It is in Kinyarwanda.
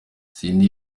cindy